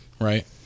right